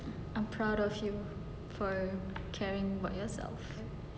I'm proud of you for caring about yourself